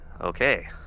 Okay